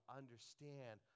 understand